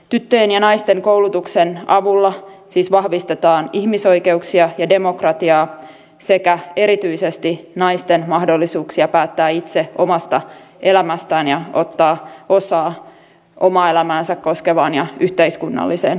tyttöjen ja naisten koulutuksen avulla siis vahvistetaan ihmisoikeuksia ja demokratiaa sekä erityisesti naisten mahdollisuuksia päättää itse omasta elämästään ja ottaa osaa omaa elämäänsä koskevaan ja yhteiskunnalliseen päätöksentekoon